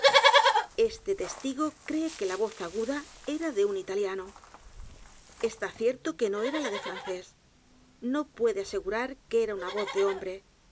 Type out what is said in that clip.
este testigo cree que la voz a g u d a era de un italiano está cierto que no era la de francés no puede asegur a r que era una voz de hombre